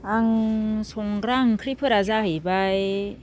आं संग्रा ओंख्रिफोरा जाहैबाय